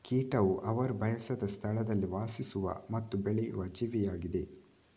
ಕೀಟವು ಅವರು ಬಯಸದ ಸ್ಥಳದಲ್ಲಿ ವಾಸಿಸುವ ಮತ್ತು ಬೆಳೆಯುವ ಜೀವಿಯಾಗಿದೆ